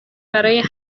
برای